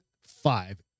five